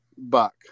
buck